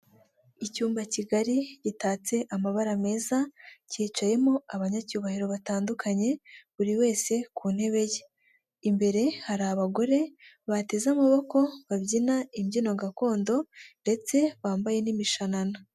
Icyumba kigari gitatse amabara meza, cyicayemo abanyacyubahiro batandukanye, buri wese ku ntebe ye. Imbere hari abagore bateze amaboko, babyina imbyino gakondo, ndetse bambaye n'imishanana.